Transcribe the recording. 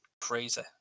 crazy